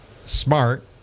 smart